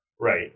Right